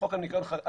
חוק הניקיון חל עליהן.